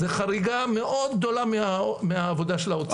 זו חריגה מאוד גדולה מהעבודה של האוצר.